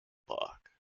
park